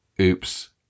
oops